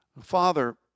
Father